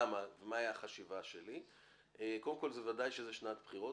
מצד אחד, בוודאי שזו שנת בחירות.